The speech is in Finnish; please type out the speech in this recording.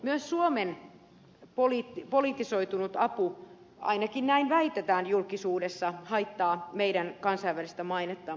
myös suomen politisoitunut apu ainakin näin väitetään julkisuudessa haittaa meidän kansainvälistä mainettamme